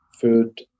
food